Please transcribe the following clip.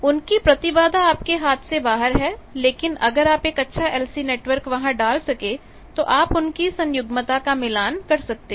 उनकी प्रतिबाधा आपके हाथ से बाहर है लेकिन अगर आप एक अच्छा LC नेटवर्क वहां डाल सके तो आप उनकी संयुग्मता का मिलान कर सकते हैं